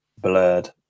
blurred